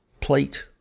plate